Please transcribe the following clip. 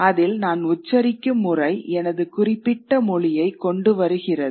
அதில் நான் உச்சரிக்கும் முறை எனது குறிப்பிட்ட மொழியை கொண்டு வருகிறது